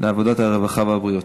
לוועדת העבודה, הרווחה והבריאות.